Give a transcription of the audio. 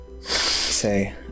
say